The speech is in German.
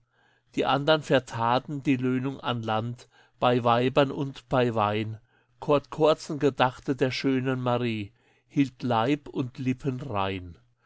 die andern vertaten die löhnung an land bei weibern und bei wein kord kordsen gedachte der schönen marie hielt leib und lippen rein